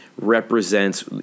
represents